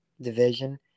division